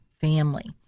family